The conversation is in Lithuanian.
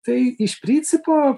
tai iš principo